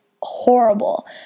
horrible